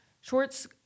Schwartz